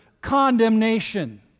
condemnation